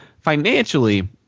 financially –